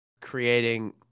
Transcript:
creating